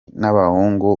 n’abahungu